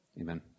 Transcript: amen